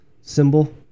symbol